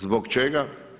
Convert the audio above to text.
Zbog čega?